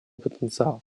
потенциал